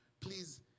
Please